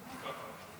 נאמת.